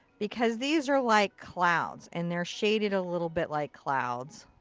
because these are like clouds, and they're shaded a little bit like clouds.